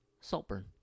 Saltburn